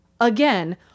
again